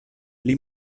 pli